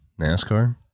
NASCAR